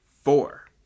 four